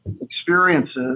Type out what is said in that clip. experiences